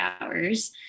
hours